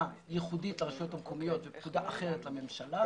ייחודית לרשויות המקומיות ופקודה אחרת לממשלה.